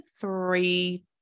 three